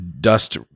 dust